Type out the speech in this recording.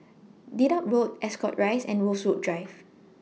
Dedap Road Ascot Rise and Rosewood Drive